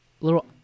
little